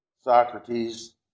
Socrates